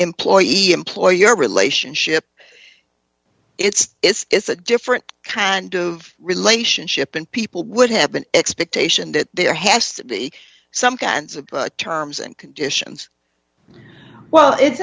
employee employer relationship it's it's a different kind of relationship and people would have an expectation that there has to be some kinds of terms and conditions well it's